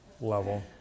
level